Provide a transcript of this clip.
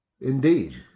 Indeed